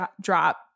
drop